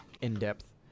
in-depth